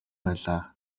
байлаа